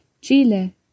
Chile